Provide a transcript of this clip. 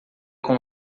com